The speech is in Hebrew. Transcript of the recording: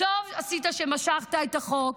עשית שמשכת את החוק,